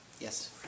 yes